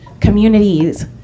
communities